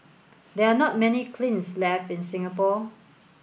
there are not many kilns left in Singapore